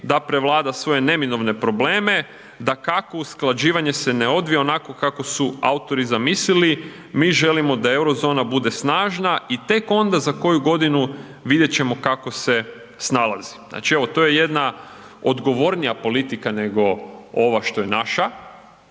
da prevlada svoje neminovne probleme, dakako usklađivanje se ne odvija onako kako su autori zamislili, mi želimo da euro zona bude snažna i tak onda za koju godinu vidjet ćemo kako se snalazi. Znači, evo to je jedna odgovornija politika nego ova što je naša,